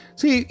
see